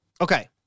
Okay